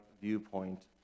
viewpoint